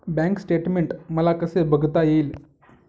Bank statement मला कसे बघता येईल?